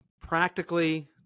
practically